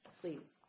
please